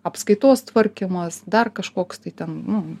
apskaitos tvarkymas dar kažkoks tai ten nu